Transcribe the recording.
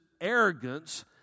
arrogance